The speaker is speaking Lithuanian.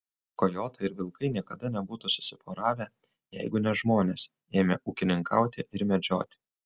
kojotai ir vilkai niekada nebūtų susiporavę jeigu ne žmonės ėmę ūkininkauti ir medžioti